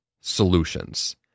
solutions